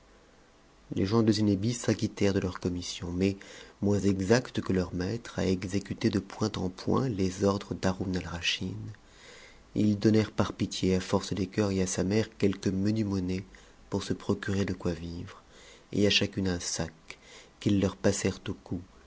les gens de zinebi s'acquittèrent de leur commission mais moins exacts que leur mattre à exécuter de point en point les ordres d'haroun alraschid ils donnèrent par pitié à force des cœurs et à sa mère quelque menue monnaie pour se procurer de quoi vivre et à chacune un sac qu'ils leur passèrent au